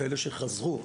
כאלה שחזרו,